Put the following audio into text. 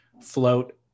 float